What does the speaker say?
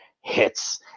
hits